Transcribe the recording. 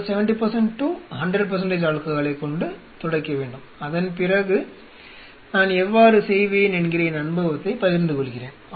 அதற்கு பிறகு நான் எவ்வாறு செய்வேன் என்கிற என் அனுபவத்தைப் பகிர்ந்து கொள்கிறேன்